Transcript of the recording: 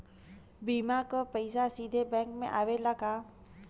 बीमा क पैसा सीधे बैंक में आवेला का?